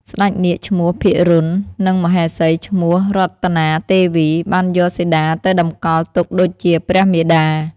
ស្តេចនាគឈ្មោះ«ភិរុណ»និងមហេសី ឈ្មោះ «រតនាទេវី» បានយកសីតាទៅតម្កល់ទុកដូចជាព្រះមាតា។